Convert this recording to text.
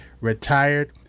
retired